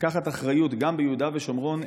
לקחת אחריות גם ביהודה ושומרון,